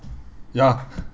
ya